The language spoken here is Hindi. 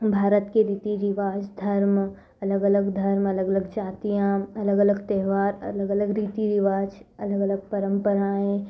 भारत की रीति रिवाज धर्म अलग अलग धर्म अलग अलग जातियाँ अलग अलग त्यौहार अलग अलग रीति रिवाज अलग अलग परम्पराएँ